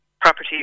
property